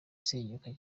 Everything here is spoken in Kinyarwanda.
isenyuka